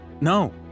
No